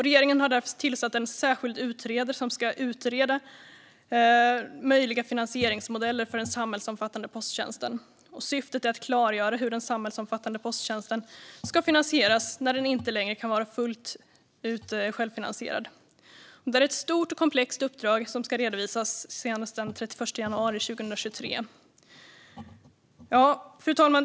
Regeringen har därför tillsatt en särskild utredare som ska utreda möjliga finansieringsmodeller för den samhällsomfattande posttjänsten. Syftet är att klargöra hur den samhällsomfattande posttjänsten ska finansieras när den inte längre kan vara fullt ut självfinansierad. Det är ett stort och komplext uppdrag som ska redovisas senast den 31 januari 2023. Fru talman!